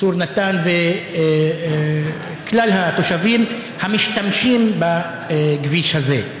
צור נתן וכלל התושבים המשתמשים בכביש הזה.